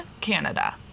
Canada